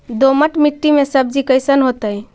दोमट मट्टी में सब्जी कैसन होतै?